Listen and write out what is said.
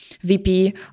VP